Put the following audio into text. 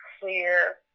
clear